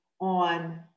on